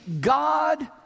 God